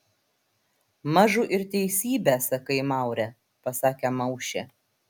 mažu ir teisybę sakai maure pasakė maušė